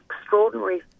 extraordinary